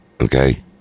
okay